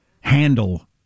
handle